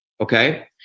Okay